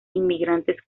inmigrantes